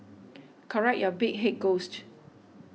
correct your big head ghost